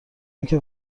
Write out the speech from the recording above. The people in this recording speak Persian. اینکه